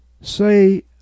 Say